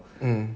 mm